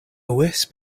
wisp